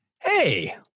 Hey